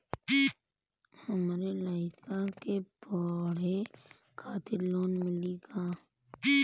हमरे लयिका के पढ़े खातिर लोन मिलि का?